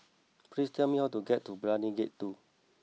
please tell me how to get to Brani Gate two